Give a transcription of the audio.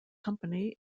company